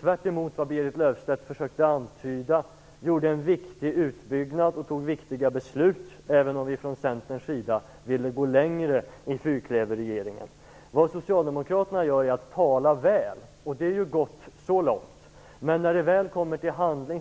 Tvärtemot vad Berit Löfstedt försökte antyda genomförde fyrklöverregeringen en viktig utbyggnad och fattade viktiga beslut, även om vi från Centern vill gå längre. Vad socialdemokraterna gör är att tala väl, och så långt är det gott. Men när det kommer till handling